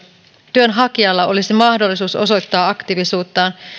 työnhakijalla olisi mahdollisuus osoittaa aktiivisuuttaan